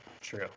True